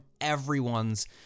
everyone's